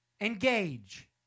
engage